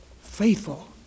Faithful